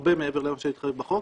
הרבה מעבר למה שמתחייב בחוק,